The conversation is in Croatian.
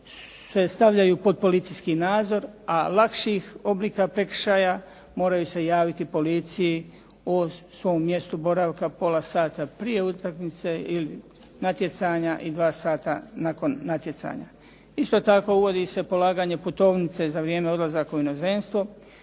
se stavljaju pod policijski nadzor, a lakših oblika prekršaja moraju se javiti policiji o svom mjestu boravka pola sata prije utakmice ili natjecanja i dva sata nakon natjecanja. Isto tako, uvodi se polaganje putovnice za vrijeme odlazaka u inozemstvo.